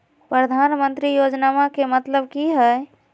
प्रधानमंत्री योजनामा के मतलब कि हय?